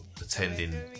attending